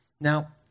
now